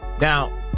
Now